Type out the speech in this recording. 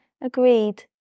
Agreed